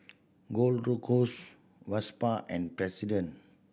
Gold Road cause Vespa and President